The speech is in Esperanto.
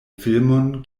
filmon